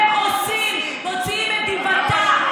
אתם עושים, אתם מוציאים את דיבתה.